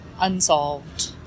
unsolved